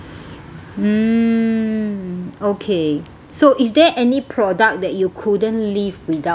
mm okay so is there any product that you couldn't live without